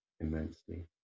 immensely